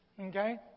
Okay